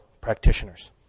practitioners